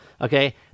Okay